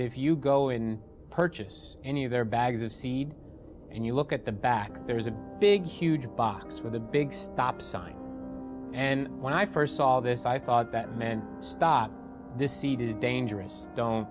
if you go in purchase any of their bags of seed and you look at the back there's a big huge box with a big stop sign and when i first saw this i thought that meant stop this seed is dangerous don't